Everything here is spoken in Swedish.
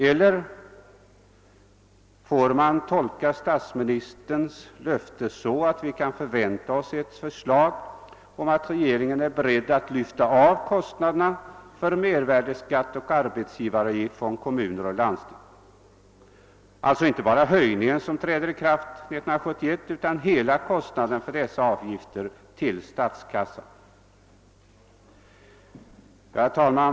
Eller får vi tolka statsministerns löfte så, att vi kan förvänta oss att regeringen är beredd att föreslå att kostnaderna för mervärdeskatt och arbetsgivaravgift — alltså inte bara den höjning som träder i kraft 1971 utan hela kostnaden för dessa avgifter till statskassan — skall lyftas av från kommuner och landsting? Herr talman!